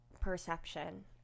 perception